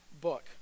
book